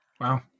Wow